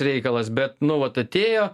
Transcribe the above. reikalas bet nu vat atėjo